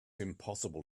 impossible